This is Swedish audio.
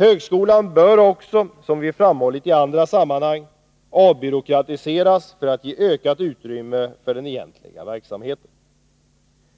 Högskolan bör också — såsom vi framhållit i annat sammanhang — avbyråkratiseras för att utrymmet för den egentliga verksamheten skall kunna